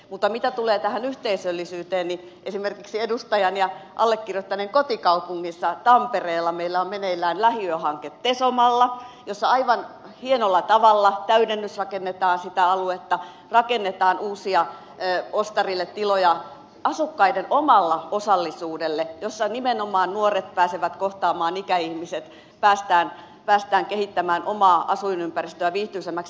mutta mitä tulee tähän yhteisöllisyyteen niin esimerkiksi edustajan ja allekirjoittaneen kotikaupungissa tampereella meillä on meneillään lähiöhanke tesomalla jossa aivan hienolla tavalla täydennysrakennetaan sitä aluetta rakennetaan ostarille uusia tiloja asukkaiden omalle osallisuudelle missä nimenomaan nuoret pääsevät kohtaamaan ikäihmiset ja päästään kehittämään omaa asuinympäristöä viihtyisämmäksi